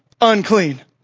unclean